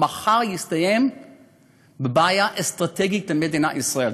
מחר יסתיים בבעיה אסטרטגית למדינת ישראל,